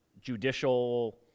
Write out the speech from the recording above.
judicial